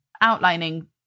outlining